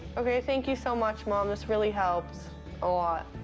okay. thank you so much, mom. this really helps a lot.